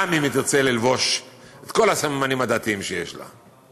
גם אם היא תרצה ללבוש את כל הסממנים הדתיים שיש לה.